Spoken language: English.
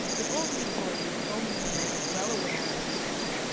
the goldman employees, the goldman lawyers, are well aware of this issue,